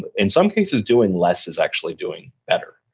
but in some cases doing less is actually doing better.